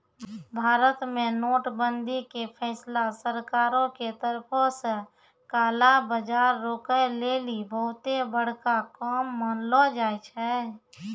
भारत मे नोट बंदी के फैसला सरकारो के तरफो से काला बजार रोकै लेली बहुते बड़का काम मानलो जाय छै